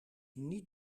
niet